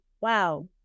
wow